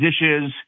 dishes